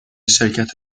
شرکت